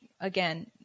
again